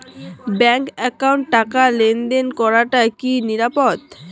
Bank একাউন্টত টাকা লেনদেন করাটা কি নিরাপদ?